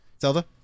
Zelda